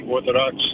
Orthodox